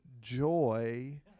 joy